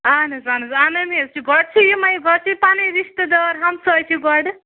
اہَن حَظ اہَن حَظ اَنم حظ چھِ گۄڈٕ چھِ یِمے گۄڈٕ چھِ پَنٕنۍ رِشتہٕ دار ہَمساے چھِ گۄڈٕ